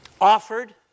offered